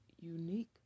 unique